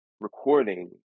recording